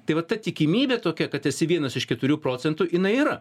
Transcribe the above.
tai va ta tikimybė tokia kad esi vienas iš keturių procentų jinai yra